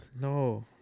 no